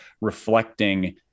reflecting